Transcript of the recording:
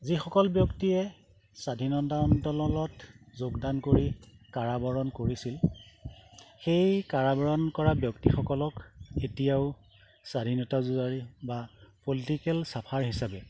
যিসকল ব্যক্তিয়ে স্বাধীনতা অন্দোলনত যোগদান কৰি কাৰাবৰণ কৰিছিল সেই কাৰাবৰণ কৰা ব্যক্তিসকলক এতিয়াও স্বাধীনতা যুঁজাৰি বা পলিটিকেল চাফাৰ হিচাপে